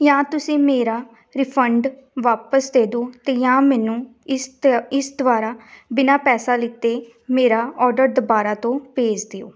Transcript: ਜਾਂ ਤੁਸੀਂ ਮੇਰਾ ਰਿਫੰਡ ਵਾਪਸ ਦੇ ਦਿਓ ਅਤੇ ਜਾਂ ਮੈਨੂੰ ਇਸ ਤਾ ਇਸ ਦੁਆਰਾ ਬਿਨਾਂ ਪੈਸਾ ਲਿਤੇ ਮੇਰਾ ਔਡਰ ਦੁਬਾਰਾ ਤੋਂ ਭੇਜ ਦਿਓ